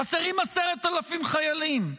חסרים 10,000 חיילים.